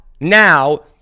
now